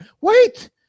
wait